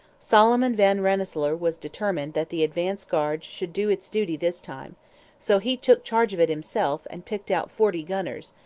solomon van rensselaer was determined that the advance-guard should do its duty this time so he took charge of it himself and picked out forty gunners,